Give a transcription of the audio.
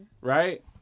right